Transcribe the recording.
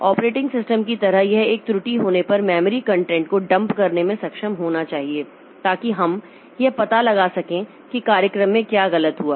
operating system की तरह यह एक त्रुटि होने पर मेमोरी कंटेंट को डंप करने में सक्षम होना चाहिए ताकि हम यह पता लगा सकें कि कार्यक्रम में क्या गलत हुआ